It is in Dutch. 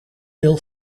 deel